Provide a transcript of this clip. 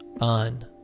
on